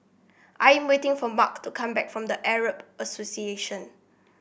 I'm waiting for Marc to come back from The Arab Association